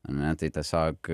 ane tai tiesiog